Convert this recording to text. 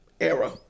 era